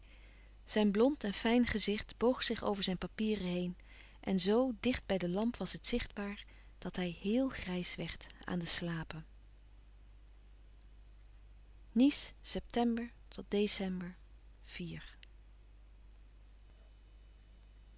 zijn blond en fijn gezicht boog zich over zijn papieren heen en zoo dicht bij de lamp was het zichtbaar dat hij heel grijs werd aan de slapen nice